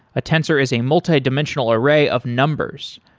a tensor is a multidimensional array of numbers.